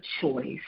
choice